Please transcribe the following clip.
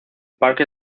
parque